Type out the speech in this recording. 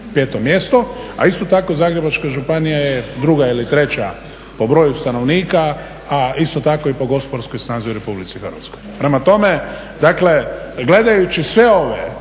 peto mjesto, a isto tako Zagrebačka županija je druga ili treća po broju stanovnika, a isto tako i po gospodarskoj snazi u Republici Hrvatskoj. Prema tome, dakle gledajući sve ove